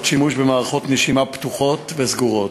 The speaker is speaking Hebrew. שימוש במערכות נשימה פתוחות וסגורות.